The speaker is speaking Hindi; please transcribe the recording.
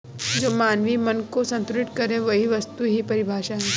जो मानवीय मन को सन्तुष्ट करे वही वस्तु की परिभाषा है